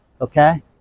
okay